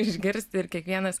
išgirsti ir kiekvienas